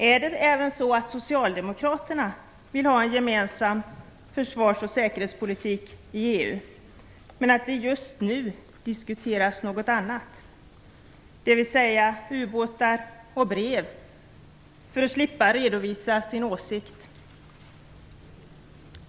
Är det så att även socialdemokraterna vill ha en gemensam försvars och säkerhetspolitik i EU, men att de just nu diskuterar något annat - dvs. ubåtar och brev - för att slippa redovisa sin åsikt?